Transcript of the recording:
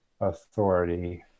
authority